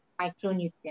micronutrients